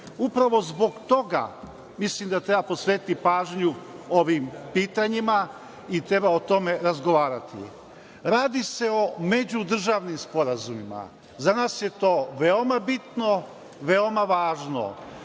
Upravo zbog toga mislim da treba posvetiti pažnju ovim pitanjima i treba o tome razgovarati. Radi se o međudržavnim sporazumima. Za nas je to veoma bitno, veoma važno.